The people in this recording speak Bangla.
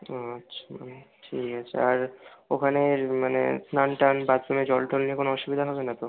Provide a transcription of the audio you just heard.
ওহ আচ্ছা ঠিক আছে আর ওখানে মানে স্নান টান বাথরুমে জল টল নিয়ে কোনো অসুবিধা হবে না তো